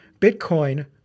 Bitcoin